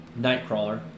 nightcrawler